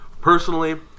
Personally